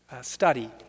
study